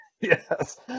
Yes